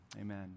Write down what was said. Amen